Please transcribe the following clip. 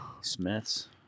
Smith's